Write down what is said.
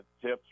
tips